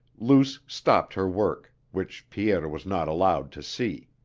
luce stopped her work, which pierre was not allowed to see.